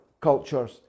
cultures